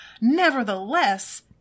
Nevertheless